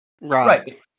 Right